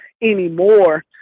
anymore